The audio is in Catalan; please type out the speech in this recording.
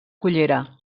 cullera